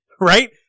right